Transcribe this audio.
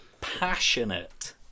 Passionate